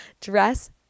dress